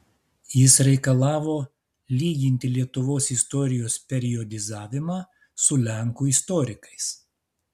jis reikalavo lyginti lietuvos istorijos periodizavimą su lenkų istorikais